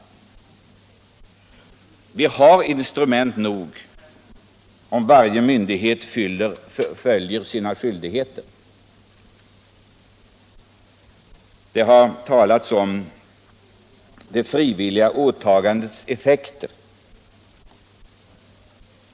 Vi har tillräckliga instrument om varje myndighet fullgör sina skyldigheter. Det har talats om effekten av frivilliga åtaganden.